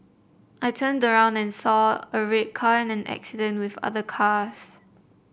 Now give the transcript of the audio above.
I turned around and saw a red car in an accident with other cars